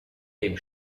dem